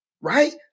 Right